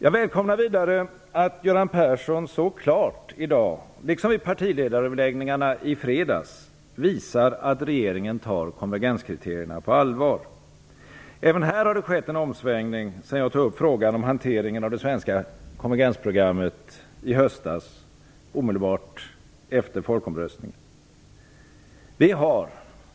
Jag välkomnar vidare att Göran Persson så klart i dag, liksom i partiledaröverläggningarna i fredags, visar att regeringen tar konvergenskriterierna på allvar. Även här har det skett en omsvängning sedan jag tog upp frågan om hanteringen av det svenska konvergensprogrammet i höstas omedelbart efter folkomröstningen.